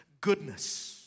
goodness